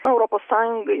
europos sąjungai